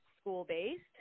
school-based